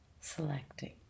selecting